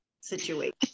situation